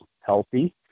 healthy